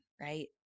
right